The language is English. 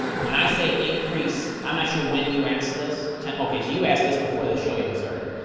when i say increase i'm not sure when you ask this ten okay so you asked this before the show even started